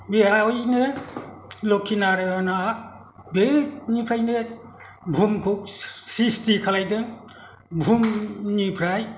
बेवहायनो लखिनारायणआ बेनिफ्रायनो बुहुमखौ स्रिस्ति खालामदों बुहुमनिफ्राय